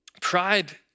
pride